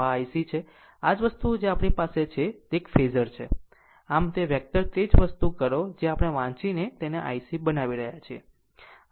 તો આ IC તો આ જ વસ્તુ જે આપણી પાસે છે તે એક ફેઝર છે આમ જે રીતે વેક્ટર તે જ વસ્તુ કરો જે આપણે તેને વાંચીને તેને IC બનાવી રહ્યા છીએ